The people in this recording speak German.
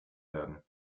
werden